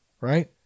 right